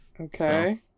Okay